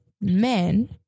men